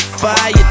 fire